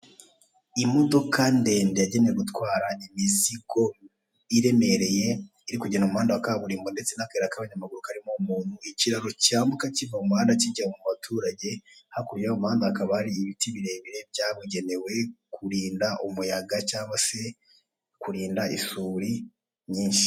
Imodoka ndende yagenewe gutwara imizigo iremereye iri kugenda mu muhanda wa kaburimbo ndetse n'akayira k'abanyamaguru karimo umuntu, ikiraro cyambuka kiva mu muhanda kijya mu baturage hakurya y'umuhanda hakaba hari ibiti birebire byabugenewe kurinda umuyaga cyangwa se kurinda isuri nyinshi.